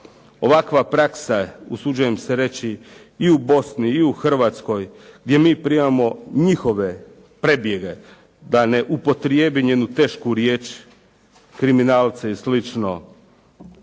Ovakva praksa, usuđujem se reći i u Bosni i u Hrvatskoj gdje mi primamo njihove prebjege, da ne upotrijebim jednu tešku riječ, kriminalce i